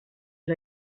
est